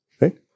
right